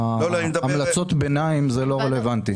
המלצות ביניים זה לא רלוונטי.